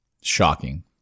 Shocking